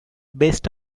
based